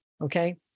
okay